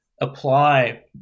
apply